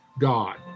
God